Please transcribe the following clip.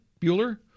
Bueller